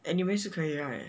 anyways 是可以 right